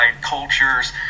cultures